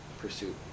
pursuit